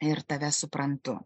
ir tave suprantu